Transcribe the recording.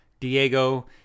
Diego